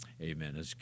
Amen